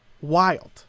wild